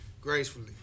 Gracefully